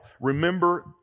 Remember